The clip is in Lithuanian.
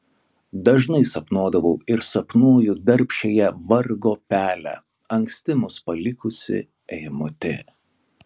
dažnai sapnuodavau ir sapnuoju darbščiąją vargo pelę anksti mus palikusį eimutį